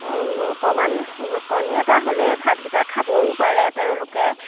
অকণমান কণী এটা হ'লেই ভাতকেইটা খাবও পাৰে তেওঁলোকে